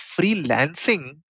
freelancing